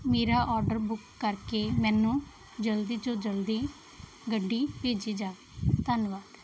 ਮੇਰਾ order book ਕਰਕੇ ਮੈਨੂੰ ਜਲਦੀ ਤੋਂ ਜਲਦੀ ਗੱਡੀ ਭੇਜੀ ਜਾਵੇ ਧੰਨਵਾਦ